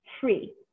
free